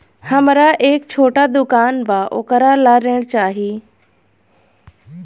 हमरा एक छोटा दुकान बा वोकरा ला ऋण चाही?